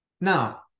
Now